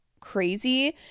crazy